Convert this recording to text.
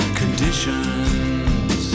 conditions